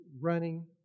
running